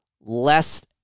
less